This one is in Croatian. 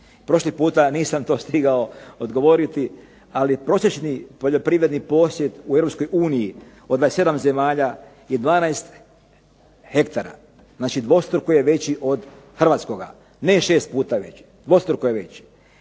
Prošli puta nisam to stigao odgovoriti, ali prosječni poljoprivredni posjed u EU od 27 zemalja je 12 hektara, znači dvostruko je veći od hrvatskoga. Ne 6 puta veći, dvostruko je veći.